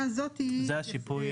לא יהיה זכאי